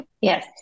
Yes